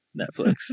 Netflix